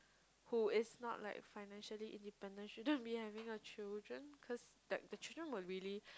who is not like financially independent shouldn't be having a children cause like the children will really